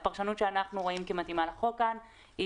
הפרשנות שאנחנו רואים כמתאימה לחוק כאן היא